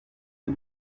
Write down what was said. que